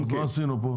אז מה עשינו פה?